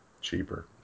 cheaper